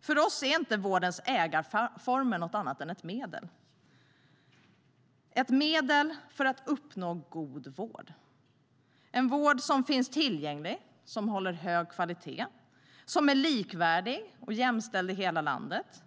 För oss är inte vårdens ägarformer något annat än ett medel för att uppnå en god vård - en vård som finns tillgänglig och håller hög kvalitet, som är likvärdig och jämställd i hela landet och